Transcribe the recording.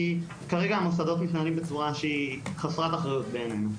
כי כרגע המוסדות מתנהלים בצורה שהיא חסרת אחריות בעינינו.